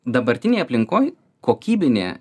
dabartinėj aplinkoj kokybinė